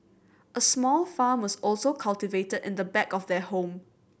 a small farm was also cultivated in the back of their home